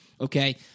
Okay